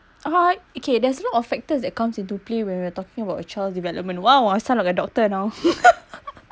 uh okay there's a lot of factors that comes into play when we are talking about a child's development !wow! I sound like a doctor now